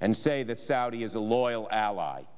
and say that saudi is a loyal ally